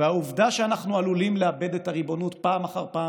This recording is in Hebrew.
ועל העובדה שאנחנו עלולים לאבד את הריבונות פעם אחר פעם